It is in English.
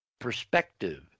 perspective